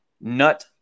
nut